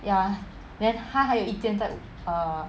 ya then 他还有一间在 err